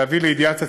להביא לידיעת הציבור,